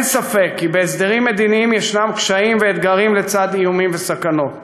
אין ספק כי בהסדרים מדיניים יש קשיים ואתגרים לצד איומים וסכנות,